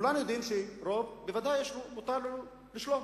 כולנו יודעים שלרוב בוודאי מותר לשלוט,